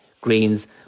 Greens